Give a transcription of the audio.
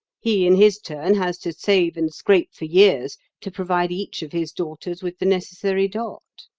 he in his turn has to save and scrape for years to provide each of his daughters with the necessary dot.